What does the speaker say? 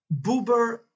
Buber